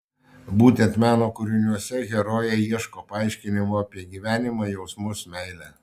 būtent meno kūriniuose herojė ieško paaiškinimo apie gyvenimą jausmus meilę